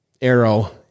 arrow